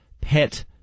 Pet